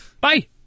Bye